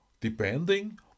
Depending